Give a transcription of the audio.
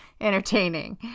entertaining